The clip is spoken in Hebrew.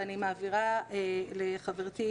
ואני מעבירה לחברתי,